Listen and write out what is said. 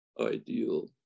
ideal